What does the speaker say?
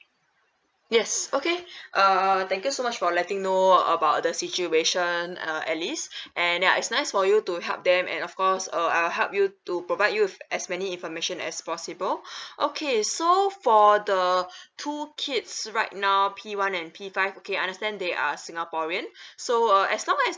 yes okay uh thank you so much for letting know about the situation uh alice and ya it's nice for you to help them and of course uh I'll help you to provide you with as many information as possible okay so for the two kids right now P one and P five okay understand they are singaporean so uh as long as